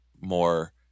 more